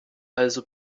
also